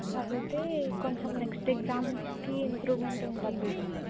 చదివితే కొంచెం నెక్స్ట్ ఎగ్సామ్స్కి ఇమ్ప్రూవ్మెంట్ ఉంటుంది మేడమ్